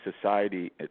society